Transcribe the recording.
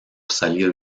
salir